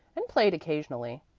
and played occasionally,